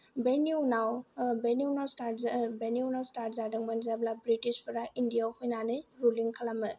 बेनि उनाव बेनि उनाव स्तार्त जा बेनि उनाव स्तार्त जादोंमोन जेब्ला ब्रिटिशफोरा इण्डियाआव फैनानै रुलिं खालामो